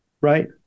right